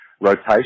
rotation